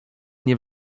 nie